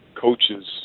coaches